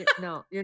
No